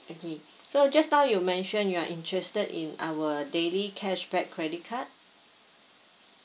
okay so just now you mention you are interested in our daily cashback credit card